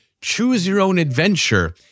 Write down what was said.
choose-your-own-adventure